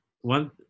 one